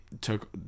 took